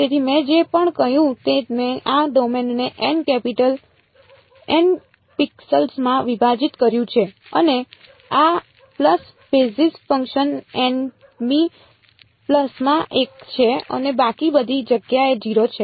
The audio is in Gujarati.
તેથી મેં જે પણ કહ્યું તે મેં આ ડોમેનને N કેપિટલ N પિક્સેલ્સમાં વિભાજિત કર્યું છે અને આ પલ્સ બેઝિસ ફંક્શન n મી પલ્સમાં 1 છે અને બાકી બધી જગ્યાએ 0 છે